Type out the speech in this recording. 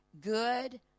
Good